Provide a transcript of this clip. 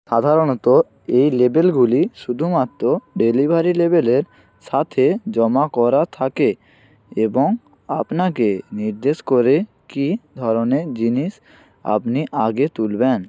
সাধারণত এই লেবেলগুলি শুধুমাত্র ডেলিভারি লেবেলের সাথে জমা করা থাকে এবং আপনাকে নির্দেশ করে কী ধরনের জিনিস আপনি আগে তুলবেন